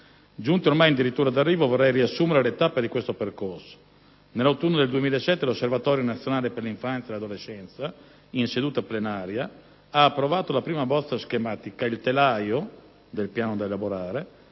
Giunti ormai in dirittura d'arrivo, vorrei riassumere le tappe di questo percorso. Nell'autunno del 2007 l'Osservatorio nazionale per l'infanzia e l'adolescenza, in seduta plenaria, ha approvato la prima bozza schematica - il telaio del piano da elaborare